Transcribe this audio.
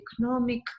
economic